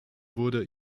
wurde